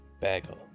bagel